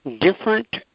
Different